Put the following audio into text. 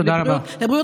תודה רבה.